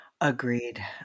Agreed